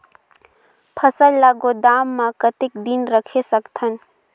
फसल ला गोदाम मां कतेक दिन रखे सकथन?